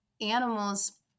animals